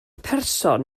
person